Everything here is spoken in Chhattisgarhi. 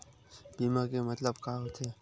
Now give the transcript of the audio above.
बीमा के मतलब का होथे?